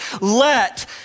Let